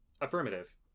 Affirmative